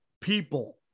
people